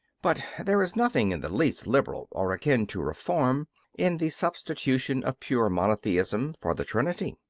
but there is nothing in the least liberal or akin to reform in the substitution of pure monotheism for the trinity.